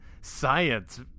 science